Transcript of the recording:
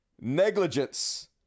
negligence